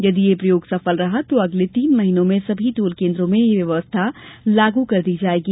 यदि यह प्रयोग सफल रहता है तो अगले तीन महीनों में सभी टोल केंद्रों में यह व्यवस्था लागू की जाएगी